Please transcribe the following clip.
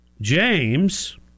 James